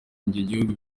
igihugu